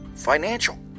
financial